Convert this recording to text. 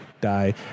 die